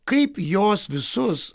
kaip jos visus